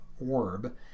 orb